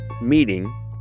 meeting